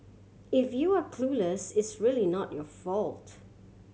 if you're clueless it's really not your fault